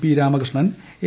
P Ramakrishnan A